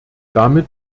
damit